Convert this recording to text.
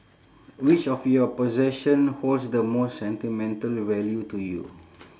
which of your possession holds the most sentimental value to you